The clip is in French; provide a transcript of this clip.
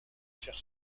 faire